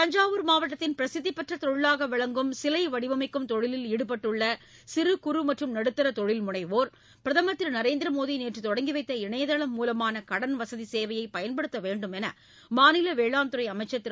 தஞ்சாவூர் மாவட்டத்தின் பிரசித்தி பெற்ற தொழிலாக விளங்கும் சிலை வடிவமைக்கும் தொழிலில் ஈடுபட்டுள்ள சிறு குறு மற்றும் நடுத்தர தொழில் முனைவோர் பிரதமர் திரு நரேந்திர மோடி நேற்று தொடங்கி வைத்த இணையதளம் மூலமான கடன் வசதி சேவையை பயன்படுத்த வேண்டும் என்று மாநில வேளாண் துறை அமைச்சர் திரு